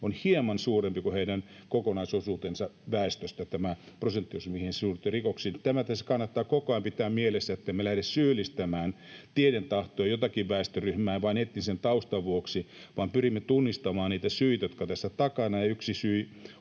on hieman suurempi luku kuin heidän kokonaisosuutensa väestöstä, tämä prosenttiosuus syyllistymisessä rikoksiin. Tämä tässä kannattaa koko ajan pitää mielessä, ettemme lähde syyllistämään tieten tahtoen jotakin väestöryhmää vain etnisen taustan vuoksi, vaan pyrimme tunnistamaan niitä syitä, jotka ovat tässä takana.